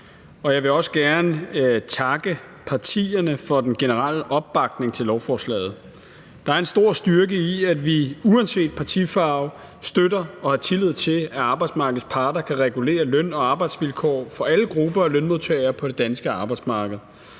Jeg vil også gerne takke partierne for den generelle opbakning til lovforslaget. Der er en stor styrke i, at vi uanset partifarve støtter og har tillid til, at arbejdsmarkedets parter kan regulere løn- og arbejdsvilkår for alle grupper af lønmodtagere på det danske arbejdsmarked